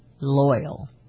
loyal